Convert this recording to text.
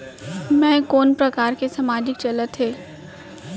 मैं कोन कोन प्रकार के सामाजिक चलत हे?